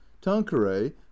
tanqueray